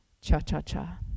Cha-cha-cha